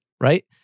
right